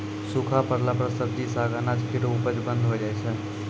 सूखा परला पर सब्जी, साग, अनाज केरो उपज बंद होय जाय छै